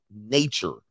nature